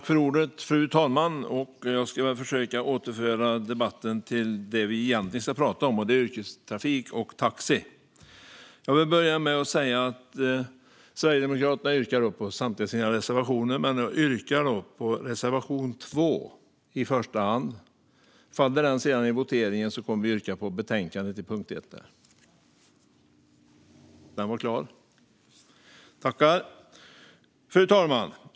Fru talman! Jag ska försöka återföra debatten till det vi egentligen ska prata om, nämligen yrkestrafik och taxi. Sverigedemokraterna står bakom alla sina reservationer. Jag yrkar i första hand bifall till reservation 2. För det fall den faller vid voteringen yrkar jag bifall till förslaget i betänkandet under punkt 1. Fru talman!